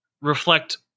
reflect